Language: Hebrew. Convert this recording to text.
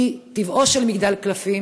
כי טבעו של מגדל קלפים,